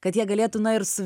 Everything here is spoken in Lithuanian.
kad jie galėtų na ir su